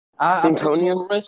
Antonio